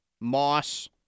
moss